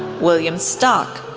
william stock,